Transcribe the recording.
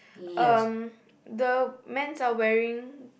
um the mens are wearing